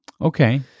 Okay